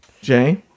jay